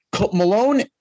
Malone